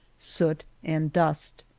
soot, and dust.